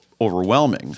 overwhelming